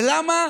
ולמה?